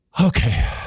Okay